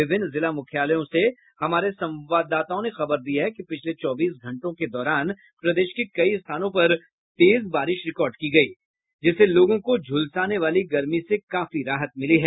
विभिन्न जिला मुख्यालयों से हमारे संवाददाताओं ने खबर दी है कि पिछले चौबीस घंटों के दौरान प्रदेश के कई स्थानों पर तेज बारिश रिकॉर्ड की गयी है जिससे लोगों को झुलसाने वाली गर्मी से काफी राहत मिली है